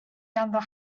ganddo